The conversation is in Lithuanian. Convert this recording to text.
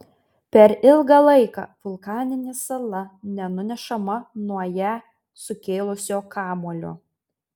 per ilgą laiką vulkaninė sala nunešama nuo ją sukėlusio kamuolio